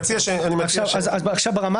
ברמה